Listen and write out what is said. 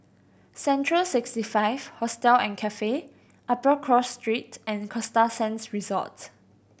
Central Sixty Five Hostel and Cafe Upper Cross Street and Costa Sands Resort